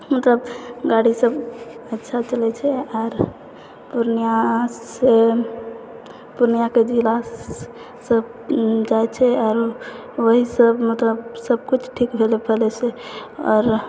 मतलब गाड़ी सब अच्छा चलै छै आओर पूर्णियासँ पूर्णियाके जिलासँ जाइ छै आओर ओहीसँ मतलब सब किछु ठीक भेलै पहिले सँ आओर